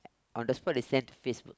on the spot they send to Facebook